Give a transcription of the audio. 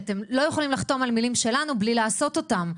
אתם לא יכולים לחתום על מילים שלנו בלי לעשות אותן,